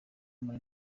muri